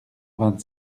vingt